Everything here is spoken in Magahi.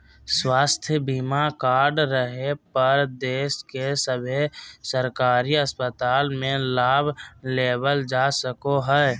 स्वास्थ्य बीमा कार्ड रहे पर देश के सभे सरकारी अस्पताल मे लाभ लेबल जा सको हय